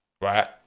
right